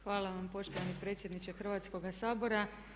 Hvala vam poštovani predsjedniče Hrvatskoga sabora.